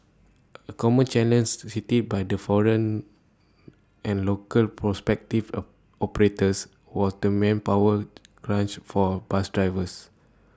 A common cited by the foreign and local prospective operators were to manpower crunch for bus drivers